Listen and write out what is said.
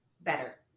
Better